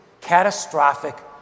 catastrophic